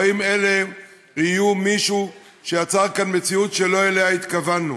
או האם אלה יהיו מישהו שיצר כאן מציאות שלא אליה התכוונו?